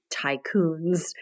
tycoons